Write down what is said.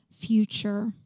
future